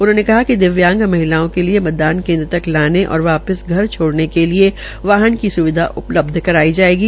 उन्होंने कहा कि दिव्यांग महिलाओं के लिए मतदान केंद्र तक लाने और वापिस घर छोडऩे के लिए वाहन की स्विधा उपलब्ध करवाई जाएगी